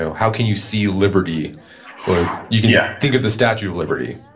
how can you see liberty, or you can yeah think of the statute of liberty?